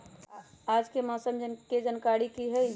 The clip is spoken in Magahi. आज के मौसम के जानकारी कि हई?